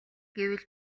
гэвэл